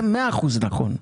זה מאה אחוזים נכון.